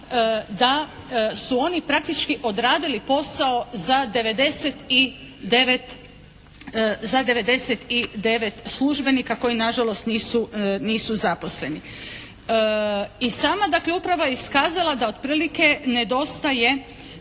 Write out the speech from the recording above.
da su oni praktički odradili posao za 99 službenika koji nažalost nisu zaposleni. I sama dakle uprava je iskazala da otprilike nedostaje